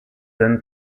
then